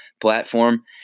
platform